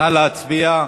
נא להצביע.